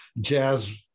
jazz